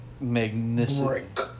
Magnificent